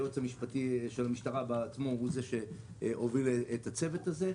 היועץ המשפטי של המשטרה בעצמו הוא זה שמוביל את הצוות הזה.